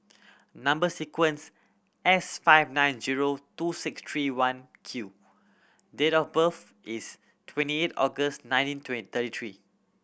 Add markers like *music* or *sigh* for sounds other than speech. number sequence S five nine zero two six three one Q date of birth is twenty eight August nineteen *unintelligible* thirty three